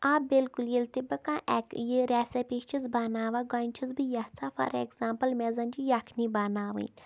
آ بالکل ییٚلہِ تہِ بہٕ کانٛہہ ایک یہِ ریسَپی چھس بَناوان گۄڈنٮ۪تھ چھس بہٕ یَژھان فار ایگزامپٕل مےٚ زَن چھِ یَکھنی بَناوٕنۍ